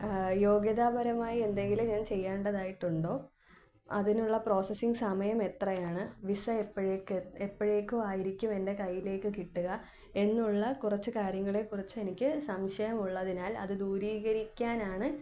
യോഗ്യതാപരമായി എന്തെങ്കിലും ഞാൻ ചെയ്യേണ്ടതായിട്ടുണ്ടോ അതിനുള്ള പ്രോസ്സസിംഗ് സമയമെത്രയാണ് വിസ എപ്പോഴേക്കാണ് എപ്പോഴേക്കോ ആയിരിക്കും എൻ്റെ കയ്യിലേക്ക് കിട്ടുക എന്നുള്ള കുറച്ച് കാര്യങ്ങളെക്കുറിച്ച് എനിക്ക് സംശയമുള്ളതിനാൽ അത് ദൂരീകരിക്കാനാണ്